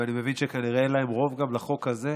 ואני מבין שכנראה אין להם רוב גם לחוק הזה.